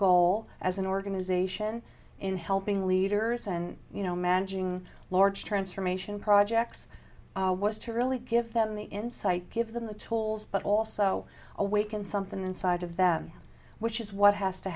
goal as an organization in helping leaders and you know managing large transformation projects was to really give them the insight give them the tools but also awaken something inside of them which is what has to